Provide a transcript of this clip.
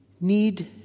need